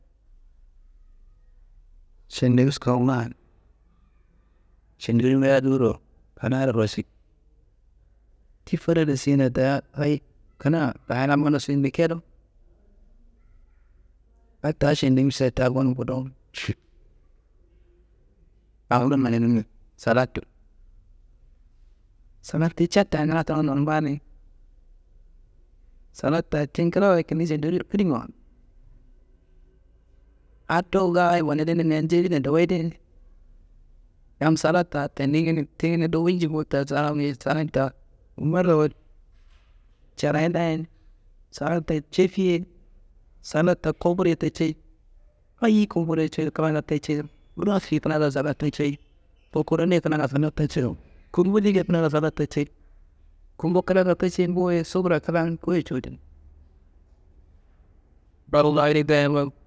Šendiwuš kawungan, šendiwuš wuya jowuro kina rosi. Ti fadaro siyena da hayi kina gayina bundo sun bikedu, adda Šendiwuš da gonun gudun kawurun mananimiwo salad do. Salad ti catta ngla ta nonumba ni, salad ta tin nglawoye kindi šendiwušero kudimiwa, addo ngaaye wanadinimea njedenina doyi deye. Yam salad ta tenigini ti gini walji bo ta salam wuye salad ta marrawayit carayina ye, salad ta jefi ye, salad ta gumburo ye taceyi ayi gumburo codu klangaro taceyi, bura fiyi kina da salad taceyi, ku kuru ne kina salad taceyiro gumbu degeyi kina salad taceyi, gumbu klanga taceyi boye sufura klan goye cowodi.